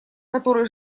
которые